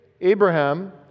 Abraham